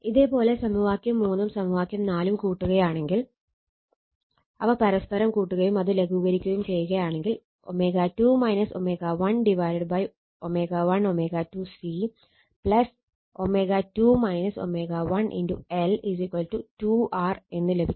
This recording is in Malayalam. ഇതേ പോലെ സമവാക്യം ഉം സമവാക്യം ഉം കൂട്ടുകയാണെങ്കിൽ അവ പരസ്പരം കൂട്ടുകയും അത് ലഘൂകരിക്കുകയും ചെയ്യുകയാണെങ്കിൽ ω2 ω1 ω1 ω2 C ω2 ω1 L 2 R എന്ന് ലഭിക്കും